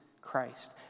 Christ